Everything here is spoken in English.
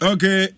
Okay